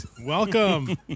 welcome